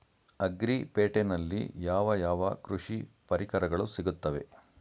Agri ಪೇಟೆನಲ್ಲಿ ಯಾವ ಯಾವ ಕೃಷಿ ಪರಿಕರಗಳು ಸಿಗುತ್ತವೆ?